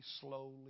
slowly